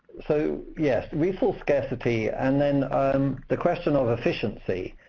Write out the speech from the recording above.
so yes, resource scarcity. and then um the question of efficiency